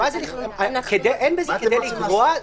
אין בזה כדי לגרוע,